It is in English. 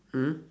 mm